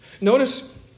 Notice